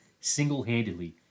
single-handedly